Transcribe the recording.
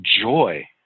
joy